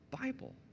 Bible